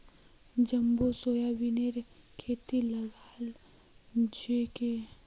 jumbo सोयाबीनेर खेती लगाल छोक